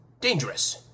dangerous